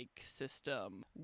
system